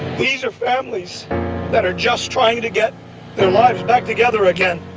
these are families that are just trying to get their lives back together again,